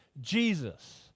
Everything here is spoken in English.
Jesus